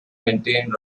maintained